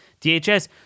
DHS